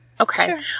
Okay